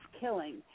Killing